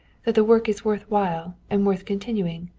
that the work is worth while, and worth continuing.